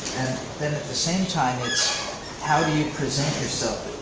and then at the same time, it's how do you present yourself,